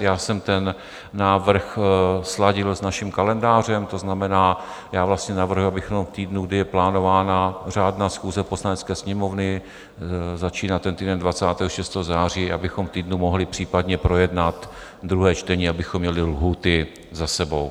Já jsem ten návrh sladil s naším kalendářem, to znamená, já vlastně navrhuji, abychom v týdnu, kdy je plánována řádná schůze Poslanecké sněmovny, začíná ten týden 26. září, abychom v týdnu mohli případně projednat druhé čtení, abychom měli lhůty za sebou.